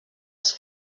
els